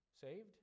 saved